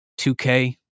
2k